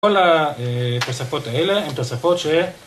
כל התוספות האלה הן תוספות ש...